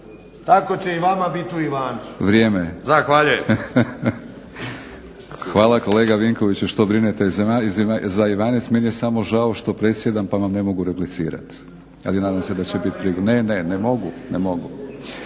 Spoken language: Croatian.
Tako će i vama bit u Ivancu. Zahvaljujem. **Batinić, Milorad (HNS)** Hvala kolega Vinkoviću što brinete za Ivanec. Meni je samo žao što predsjedam, pa vam ne mogu replicirat. Ali nadam se da će bit prigode. Ne, ne, ne mogu.